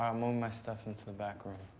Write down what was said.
um um my stuff into the back room.